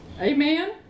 Amen